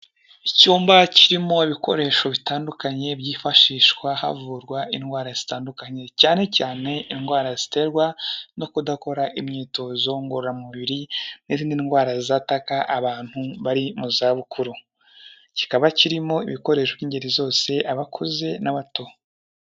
Icyumba kirimo ibikoresho bitandukanye byifashishwa havurwa indwara zitandukanye cyane cyane indwara ziterwa no kudakora imyitozo ngororamubiri n'izindi ndwara zataka abantu bari mu za bukuru, kikaba kirimo ibikoresho by'ingeri zose, abakuze n'abato.